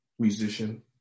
musician